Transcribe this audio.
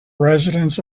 residents